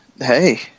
hey